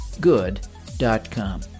good.com